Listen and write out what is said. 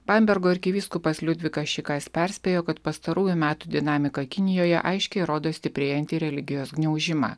bambergo arkivyskupas liudvikas šikas perspėjo kad pastarųjų metų dinamika kinijoje aiškiai rodo stiprėjantį religijos gniaužimą